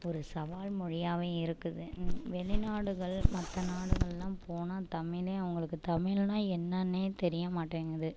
ஒரு சவால் மொழியாகவே இருக்குது வெளி நாடுகள் மற்ற நாடுகள்லாம் போனால் தமிழே அவங்களுக்கு தமிழ்னால் என்னனே தெரிய மாட்டேங்குது